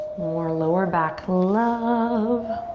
more lower back love.